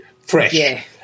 fresh